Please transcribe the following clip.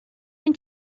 این